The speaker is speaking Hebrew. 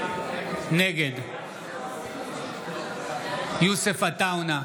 נגד יוסף עטאונה,